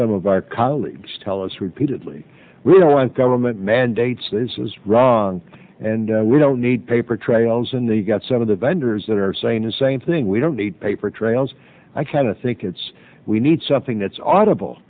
some of our colleagues tell us repeatedly we don't want government mandates this is wrong and we don't need paper trails and they got some of the vendors that are saying the same thing we don't need paper trails i kind of think it's we need something that's au